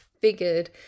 figured